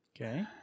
Okay